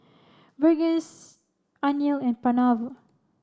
Verghese Anil and Pranav